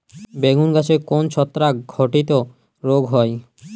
বেগুন গাছে কোন ছত্রাক ঘটিত রোগ হয়?